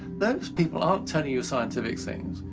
those people aren't telling you scientific things.